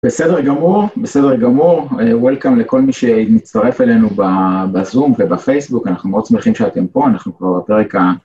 בסדר גמור, בסדר גמור, וולקאם לכל מי שנצטרף אלינו בזום ובפייסבוק, אנחנו מאוד שמחים שאתם פה, אנחנו כבר בפרק ה...